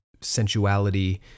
sensuality